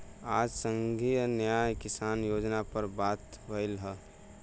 आज संघीय न्याय किसान योजना पर बात भईल ह